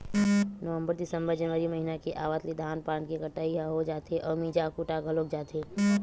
नवंबर, दिंसबर, जनवरी महिना के आवत ले धान पान के कटई ह हो जाथे अउ मिंजा कुटा घलोक जाथे